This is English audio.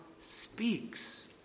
speaks